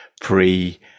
pre